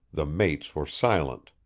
the mates were silent.